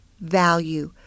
value